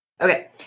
Okay